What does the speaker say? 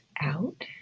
out